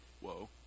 Whoa